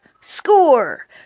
Score